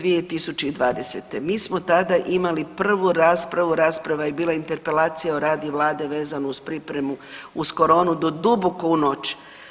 2020., mi smo tada imali prvu raspravu, rasprava je bila Interepelacija o radu Vlade vezano uz pripremu uz koronu do duboko u noć.